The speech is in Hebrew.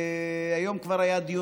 היום כבר היה דיון